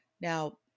Now